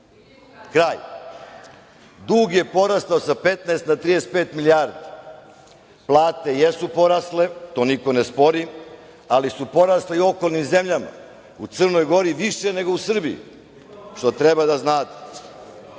Kraj. Dug je porastao sa 15 na 35 milijardi. Plate jesu porasle. To niko ne spori, ali su porasle i u okolnim zemljama. U Crnoj Gori više nego u Srbiji, što treba da znate. Iz